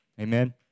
Amen